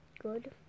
Good